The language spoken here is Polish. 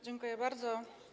Dziękuję bardzo.